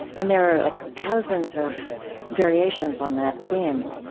and there are like thousands of variations on that theme